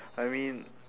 I mean